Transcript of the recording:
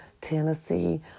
Tennessee